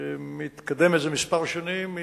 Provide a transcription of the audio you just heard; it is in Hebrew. שמתקדמת זה כמה שנים.